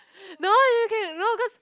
no you can no cause